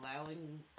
allowing